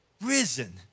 risen